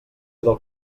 del